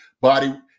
body